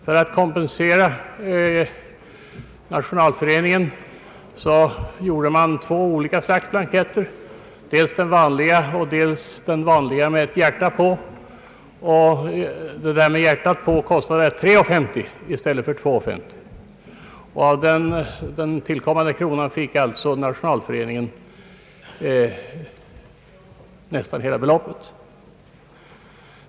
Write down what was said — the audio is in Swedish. För att kompensera Nationalföreningen utgav man två olika slags blanketter, dels de vanliga och dels en med ett hjärta på. Den sistnämnda blanketten kostade 3 kronor 50 öre mot 2 kronor 50 öre för den vanliga lyxblanketten. Av den extra kronan fick Nationalföreningen nästan hela beloppet.